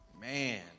Man